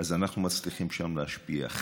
אז אנחנו מצליחים שם להשפיע.